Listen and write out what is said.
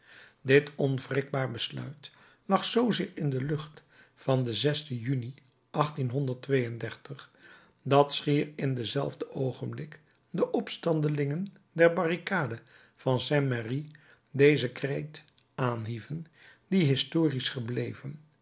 dit onwrikbaar besluit lag zoozeer in de lucht van den juni dat schier in denzelfden oogenblik de opstandelingen der barricade van saint merry dezen kreet aanhieven die historisch gebleven